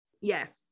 Yes